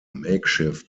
makeshift